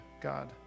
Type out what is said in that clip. God